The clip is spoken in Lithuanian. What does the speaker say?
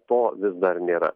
to vis dar nėra